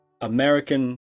American